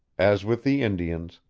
as with the indians,